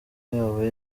yabo